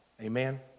amen